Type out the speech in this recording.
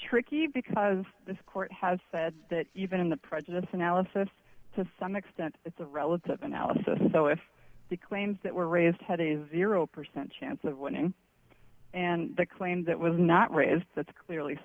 tricky because this court has said that even in the prejudice analysis to some extent it's a relative analysis so if the claims that were raised had a zero percent chance of winning and the claim that was not raised that's clearly